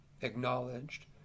acknowledged